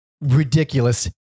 ridiculous